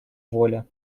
воля